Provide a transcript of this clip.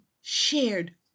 shared